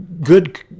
good